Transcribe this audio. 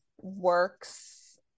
works